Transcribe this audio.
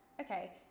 Okay